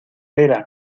era